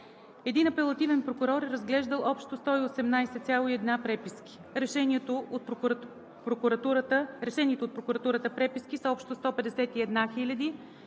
Един апелативен прокурор е разглеждал общо 118,1 преписки. Решените от прокуратурата преписки са общо 151 199,